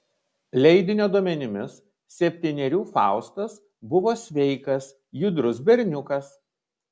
leidinio duomenimis septynerių faustas buvo sveikas judrus berniukas